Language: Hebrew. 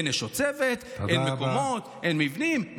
אין אנשי צוות, אין מקומות, אין מבנים.